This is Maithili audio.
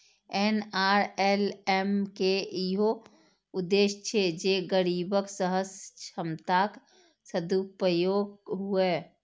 एन.आर.एल.एम के इहो उद्देश्य छै जे गरीबक सहज क्षमताक सदुपयोग हुअय